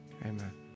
Amen